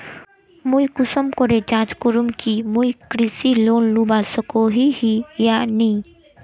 मुई कुंसम करे जाँच करूम की मुई कृषि लोन लुबा सकोहो ही या नी?